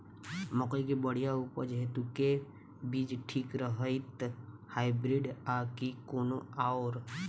मकई केँ बढ़िया उपज हेतु केँ बीज ठीक रहतै, हाइब्रिड आ की कोनो आओर?